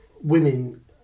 women